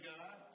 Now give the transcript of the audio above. God